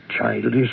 childish